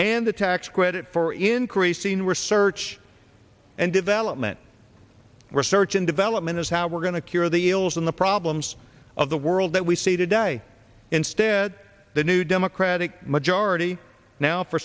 and the tax credit for increasing research and development research and development is how we're going to cure the ills in the problems of the world that we see today instead the new democratic majority now for